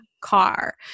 car